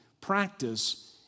practice